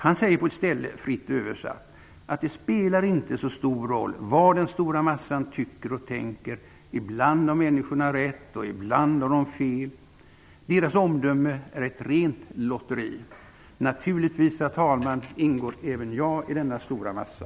Han säger på ett ställe, fritt översatt, att det inte spelar så stor roll vad den stora massan tycker och tänker. Ibland har människorna rätt, ibland har de fel. Deras omdöme är ett rent lotteri. Naturligtvis, herr talman, ingår även jag i denna stora massa.